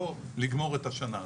לא לגמור את השנה הזאת.